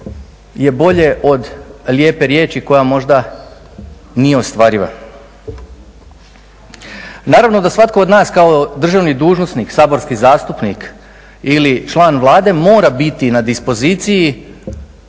je bolje od lijepe riječi koja možda nije ostvariva. Naravno da svatko od nas kao državni dužnosnik, saborski zastupnik ili član Vlade mora biti na dispoziciji